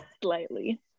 slightly